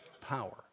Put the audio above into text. power